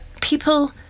people